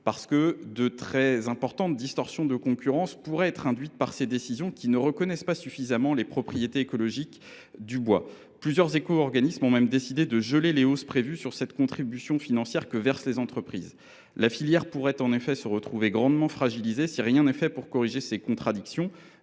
regard des très importantes distorsions de concurrence que pourraient induire ces décisions qui ne reconnaissent pas suffisamment les propriétés écologiques du bois. Plusieurs éco organismes ont même décidé de geler les hausses prévues de cette contribution financière que versent les entreprises. La filière pourrait en effet se retrouver grandement fragilisée si rien n’est fait pour corriger ces contradictions.